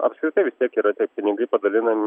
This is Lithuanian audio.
apskritai vis tiek yra tie pinigai padalinami